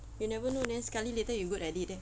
you never know and then sekali later you good at it leh